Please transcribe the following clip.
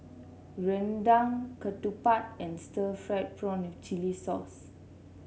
rendang ketupat and Stir Fried Prawn with Chili Sauce